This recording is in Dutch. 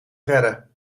redden